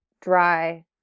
dry